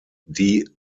die